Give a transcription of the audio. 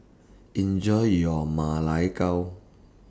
Enjoy your Ma Lai Gao